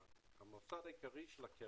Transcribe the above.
אוצר.